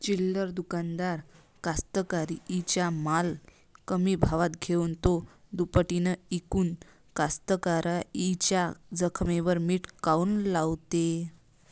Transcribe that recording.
चिल्लर दुकानदार कास्तकाराइच्या माल कमी भावात घेऊन थो दुपटीनं इकून कास्तकाराइच्या जखमेवर मीठ काऊन लावते?